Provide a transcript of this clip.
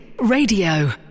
Radio